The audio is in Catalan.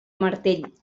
martell